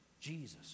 Jesus